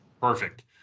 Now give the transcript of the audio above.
Perfect